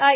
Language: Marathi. आय